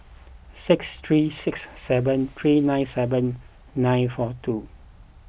six three six seven three nine seven nine four two